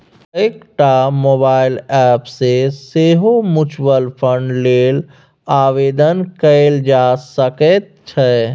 कएकटा mobile app सँ सेहो म्यूचुअल फंड लेल आवेदन कएल जा सकैत छै